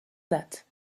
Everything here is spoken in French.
date